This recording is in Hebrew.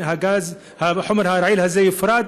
שהחומר הרעיל הזה יופרד,